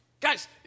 Guys